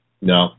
No